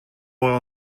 oil